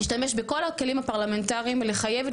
נשתמש בכל הכלים הפרלמנטריים לחייב את